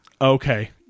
Okay